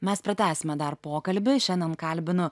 mes pratęsime dar pokalbį šiandien kalbinu